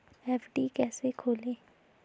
FD कैसे खोलें?